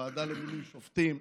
הוועדה למינוי שופטים.